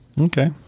Okay